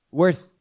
worth